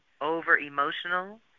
over-emotional